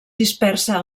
dispersa